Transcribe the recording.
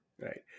right